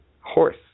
horse